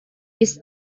ist